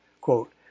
quote